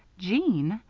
jeanne?